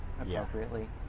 appropriately